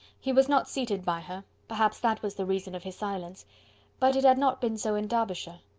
he was not seated by her perhaps that was the reason of his silence but it had not been so in derbyshire.